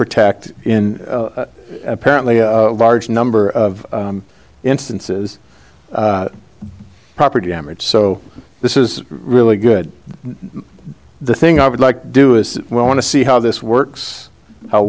protect in apparently a large number of instances of property damage so this is really good the thing i would like do is well want to see how this works how